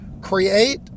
create